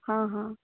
ହଁ ହଁ